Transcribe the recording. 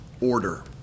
order